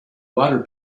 water